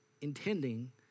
intending